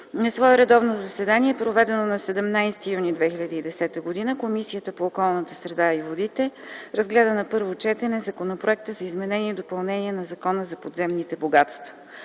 На свое редовно заседание, проведено на 17 юни 2010 г., Комисията по околната среда и водите, разгледа на първо четене Законопроект за изменение и допълнение на Закона за подземните богатства.